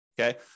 Okay